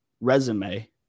resume